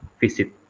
visit